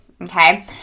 Okay